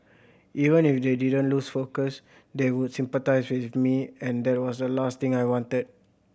even if they didn't lose focus they would sympathise with me and that was the last thing I wanted